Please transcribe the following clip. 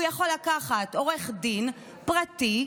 הוא יכול לקחת עורך דין פרטי,